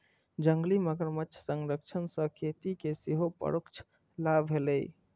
जंगली मगरमच्छ संरक्षण सं खेती कें सेहो परोक्ष लाभ भेलैए